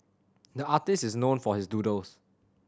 the artist is known for his doodles